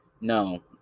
No